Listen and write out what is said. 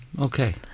Okay